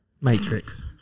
matrix